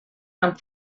amb